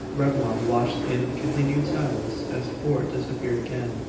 reblong watched in continued silence as fort disappeared again,